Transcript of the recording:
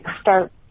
start